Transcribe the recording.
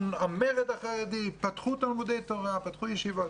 המרד החרדי, פתחו תלמודי תורה, פתחו ישיבות.